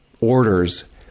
orders